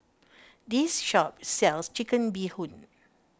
this shop sells Chicken Bee Hoon